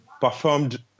performed